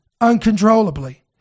uncontrollably